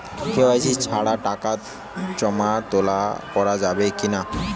KYC ছাড়া টাকা জমা তোলা করা যাবে কি না?